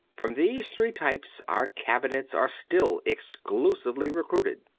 from these three types our cabinets are still exclusively re cruited.